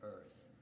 Earth